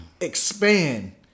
expand